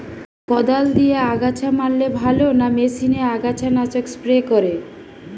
কদাল দিয়ে আগাছা মারলে ভালো না মেশিনে আগাছা নাশক স্প্রে করে?